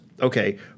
okay